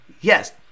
Yes